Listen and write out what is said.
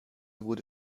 wurde